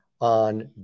on